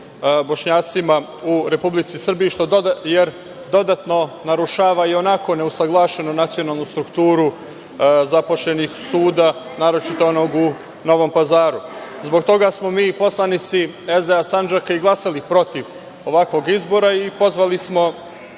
Bošnjacima u Republici Srbiji, jer dodatno narušava ionako neusaglašenu nacionalnu strukturu zaposlenih suda, naročito onog u Novom Pazaru. Zbog toga smo mi poslanici SDA Sandžaka i glasali protiv ovakvog izbora i pozvali smo